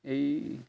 ଏଇ